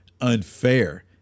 unfair